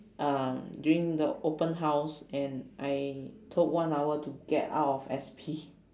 uh during the open house and I took one hour to get out of S_P